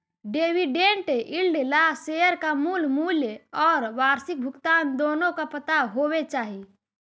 dividend yield ला share का मूल मूल्य और वार्षिक भुगतान दोनों का पता होवे चाही